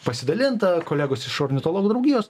pasidalinta kolegos iš ornitologų draugijos